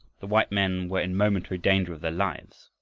the white men were in momentary danger of their lives.